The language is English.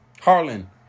Harlan